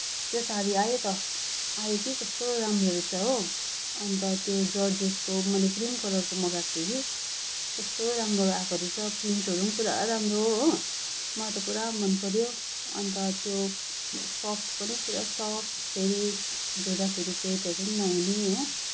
त्यो साडी आयो त आयो कि कस्तो राम्रो रहेछ हो अन्त त्यो जर्जिटको मैले ग्रिन कलरको मगाएको थिएँ कि कस्तो राम्रो आएको रहेछ प्रिन्टहरू पनि पुरा राम्रो हो मलाई त पुरा मनपऱ्यो अन्त त्यो सफ्ट पनि पुरा सफ्ट फेरि धुँदाखेरि फेडहरू पनि नहुने हो